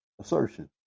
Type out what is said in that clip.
assertion